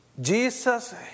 Jesus